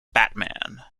batman